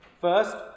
First